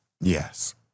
Yes